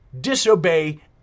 disobey